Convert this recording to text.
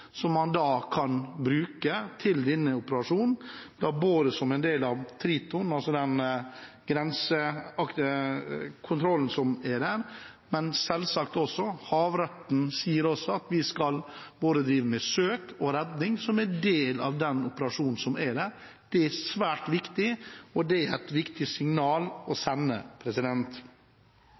som man kan bruke til denne operasjonen, som en del av Triton – altså den grensekontrollen som er der – men selvsagt også: Havretten sier at vi skal drive med både søk og redning som en del av den operasjonen som er der. Det er svært viktig, og det er et viktig signal å